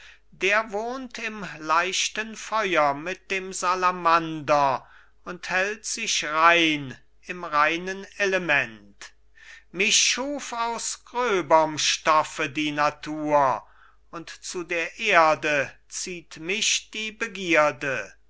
der wohnt im leichten feuer mit dem salamander und hält sich rein im reinen element mich schuf aus gröberm stoffe die natur und zu der erde zieht mich die begierde